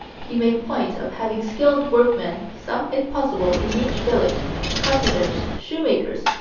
he made point of having skilled workmen, some, if possible, in each village carpenters, shoemakers,